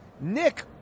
Nick